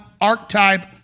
archetype